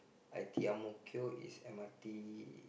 I_T_E Ang-Mo-Kio is M_R_T